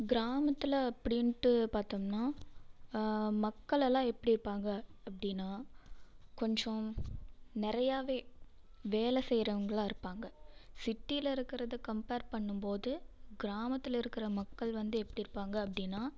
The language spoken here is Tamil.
கிராமத்தில் அப்படின்ட்டு பார்த்தோம்னா மக்களெல்லாம் எப்படி இருப்பாங்க அப்படின்னா கொஞ்சம் நிறையாவே வேலை செய்கிறவங்களா இருப்பாங்க சிட்டியில் இருக்கிறது கம்பேர் பண்ணும் போது கிராமத்தில் இருக்கிற மக்கள் வந்து எப்படி இருப்பாங்க அப்படின்னா